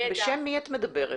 בשם מי את מדברת?